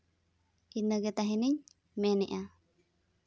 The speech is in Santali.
ᱤᱱᱟᱹᱜᱮ ᱛᱟᱦᱮᱱᱤᱧ ᱢᱮᱱᱮᱫᱼᱟ